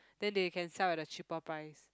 then they can sell at the cheaper price